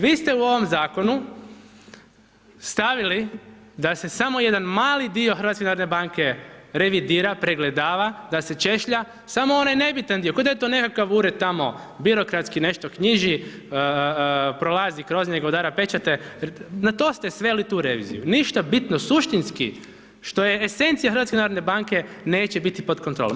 Vi ste u ovom zakonu stavili da se samo jedan mali dio HNB-a revidira, pregledava, da se češlja, samo onaj nebitan dio ko da je to nekakav ured tamo birokratski nešto knjiži, prolazi kroz njega, udara pečate, na to ste sveli tu reviziju, ništa bitno suštinski što je esencija HNB-a neće biti pod kontrolom.